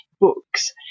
books